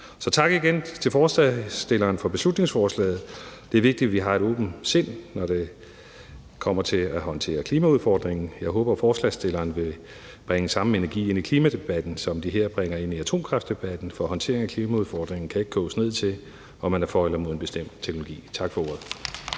om. Tak igen til forslagsstillerne for beslutningsforslaget. Det er vigtigt, at vi har et åbent sind, når det kommer til at håndtere klimaudfordringen. Jeg håber, forslagsstillerne vil bringe samme energi ind i klimadebatten, som de her bringer ind i atomkraftdebatten, for håndteringen er klimaudfordringerne kan ikke koges ned til, om man er for eller imod en bestemt teknologi. Tak for ordet.